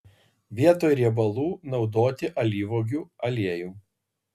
vietoj riebalų naudoti alyvuogių aliejų